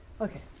Okay